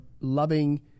loving